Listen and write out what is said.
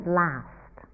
last